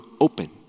open